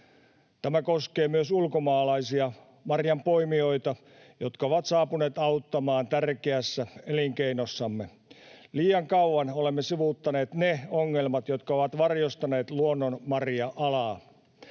Tämä koskee myös ulkomaalaisia marjanpoimijoita, jotka ovat saapuneet auttamaan tärkeässä elinkeinossamme. Liian kauan olemme sivuuttaneet ne ongelmat, jotka ovat varjostaneet luonnonmarja-alaa.